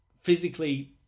physically